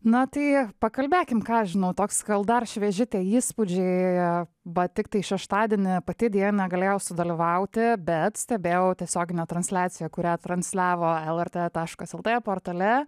na tai pakalbėkim ką aš žinau toks kol dar švieži tie įspūdžiai va tiktai šeštadienį pati deja galėjau sudalyvauti bet stebėjau tiesioginę transliaciją kurią transliavo lrtlt portale